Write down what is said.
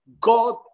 God